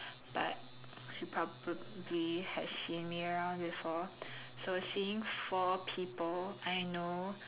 but she probably has seen me around before so seeing four people I know